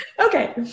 Okay